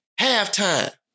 halftime